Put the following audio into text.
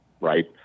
right